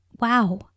wow